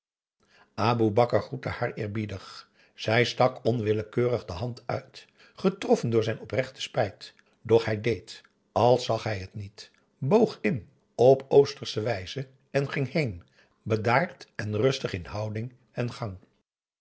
aboe bakar groette haar eerbiedig zij stak onwillekeurig de hand uit getroffen door zijn oprechte spijt doch hij deed als zag hij het niet boog in op oostersche wijze en ging heen bedaard en rustig in houding en gang